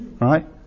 right